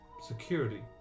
security